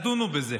תדונו בזה,